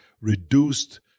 reduced